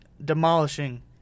demolishing